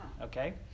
okay